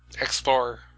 explorer